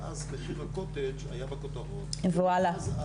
ואז מחיר הקוטג' היה בכותרות -- והוא עלה.